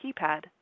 keypad